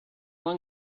long